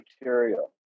material